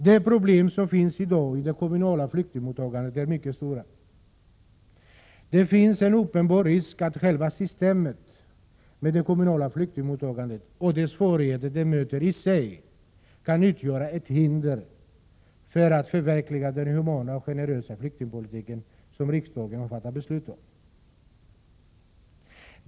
De problem som finns i dag i fråga om det kommunala flyktingmottagandet är mycket stora. Det finns en uppenbar risk att själva systemet med det kommunala flyktingmottagandet och de svårigheter som detta i sig möter kan utgöra ett hinder för förverkligandet av den humana och generösa flyktingpolitik som riksdagen har fattat beslut om.